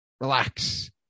relax